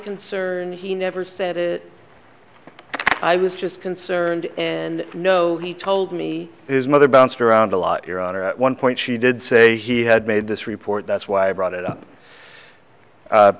concern he never said it i was just concerned and you know he told me his mother bounced around a lot your honor at one point she did say he had made this report that's why i brought it up